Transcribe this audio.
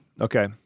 Okay